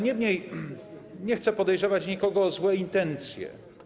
Niemniej nie chcę podejrzewać nikogo o złe intencje.